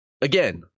again